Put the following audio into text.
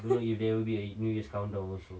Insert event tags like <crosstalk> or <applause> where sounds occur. <laughs>